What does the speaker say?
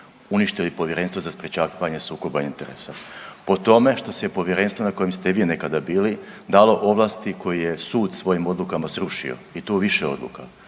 uništili Povjerenstvo za sprječavanje sukoba interesa. Po tome što se Povjerenstvo na kojem ste vi nekada bili dalo ovlasti koje je sud svojim odlukama srušio. I to u više odluka.